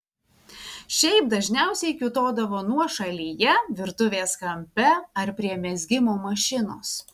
šiaip dažniausiai kiūtodavo nuošalyje virtuvės kampe ar prie mezgimo mašinos